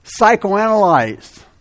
psychoanalyzed